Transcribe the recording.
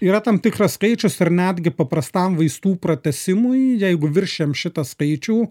yra tam tikras skaičius ar netgi paprastam vaistų pratęsimui jeigu viršijam šitą skaičių